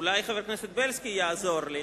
אולי חבר הכנסת בילסקי יעזור לי,